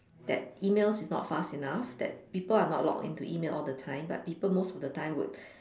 that emails is not fast enough that people are not logged to email all the time but people most of the time would